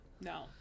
No